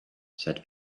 said